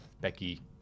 Becky